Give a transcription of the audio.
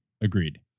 Agreed